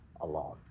alone